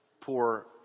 poor